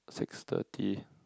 six thirty